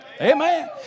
Amen